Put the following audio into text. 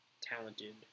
talented